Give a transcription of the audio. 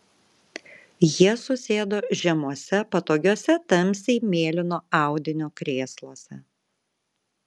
jie susėdo žemuose patogiuose tamsiai mėlyno audinio krėsluose